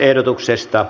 asia